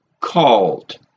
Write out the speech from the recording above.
called